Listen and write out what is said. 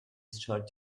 start